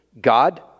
God